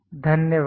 धन्यवाद